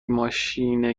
ماشین